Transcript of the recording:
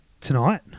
tonight